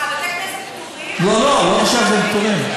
בתי-כנסת פטורים, לא לא, אני לא חושב שהם פטורים.